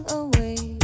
away